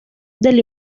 del